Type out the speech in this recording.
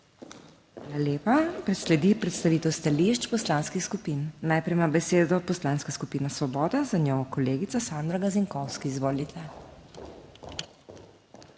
Hvala lepa. Sledi predstavitev stališč poslanskih skupin. Najprej ima besedo Poslanska skupina Svoboda, za njo kolegica Sandra Gazinkovski. Izvolite.